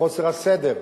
חוסר הסדר,